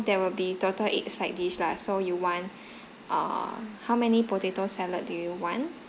there will be total eight side dish lah so you want err how many potato salad do you want